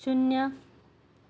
शून्य